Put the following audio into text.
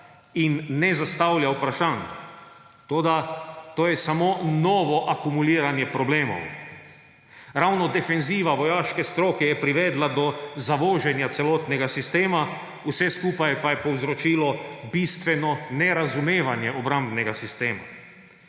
in ne zastavlja vprašanj. Toda to je samo novo akumuliranje problemov. Ravno defenziva vojaške stroke je privedla do zavoženja celotnega sistema, vse skupaj pa je povzročilo bistveno nerazumevanje obrambnega sistema.